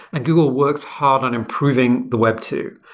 and google works hard on improving the web too.